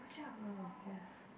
oh yes